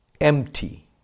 Empty